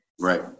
Right